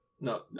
No